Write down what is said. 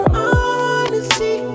honesty